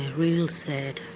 real sad,